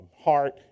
heart